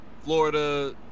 Florida